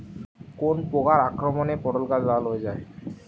কোন প্রকার আক্রমণে পটল গাছ লাল হয়ে যায়?